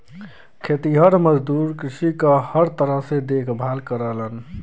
खेतिहर मजदूर कृषि क हर तरह से देखभाल करलन